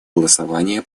голосования